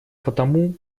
потому